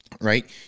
right